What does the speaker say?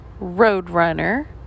Roadrunner